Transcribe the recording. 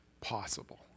possible